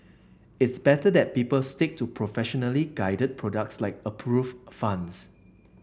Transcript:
it's better that people stick to professionally guided products like approved funds